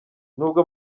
n’ubwo